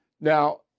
Now